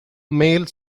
male